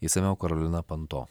išsamiau karolinapanto